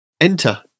Enter